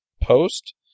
post